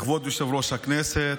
כבוד יושב-ראש הישיבה,